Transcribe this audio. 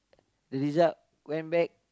the result went back